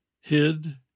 hid